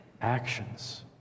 actions